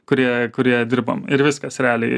kurie kurie dirbam ir viskas realiai